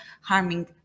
harming